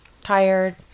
tired